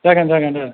जागोन जागोन दे